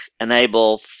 enable